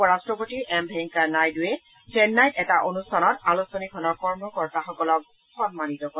উপ ৰাট্টপতি এম ভেংকায়া নাইডুৱে চেন্নাইত এটা অনুষ্ঠানত আলোচনীখনৰ কৰ্মকৰ্তাসকলক সন্মানিত কৰে